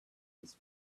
his